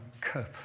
cope